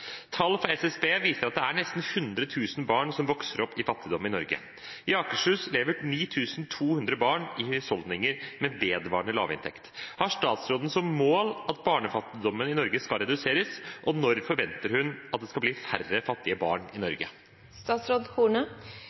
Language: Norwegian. Tall fra SSB viser at det er nesten 100 000 barn som vokser opp i fattigdom i Norge. I Akershus lever 9 200 barn i husholdninger med vedvarende lavinntekt. Har statsråden som mål at barnefattigdommen i Norge skal reduseres, og når forventer hun at det vil bli færre fattige barn i